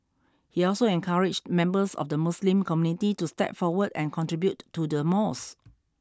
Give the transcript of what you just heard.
he also encouraged members of the Muslim community to step forward and contribute to the mosque